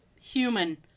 human